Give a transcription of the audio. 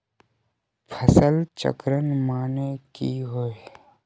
फसल चक्रण माने की होय?